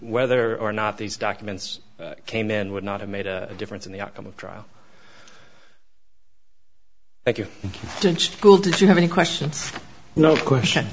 whether or not these documents came in would not have made a difference in the outcome of trial thank you will do you have any questions no question